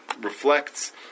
reflects